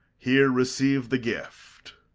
here receive the gift.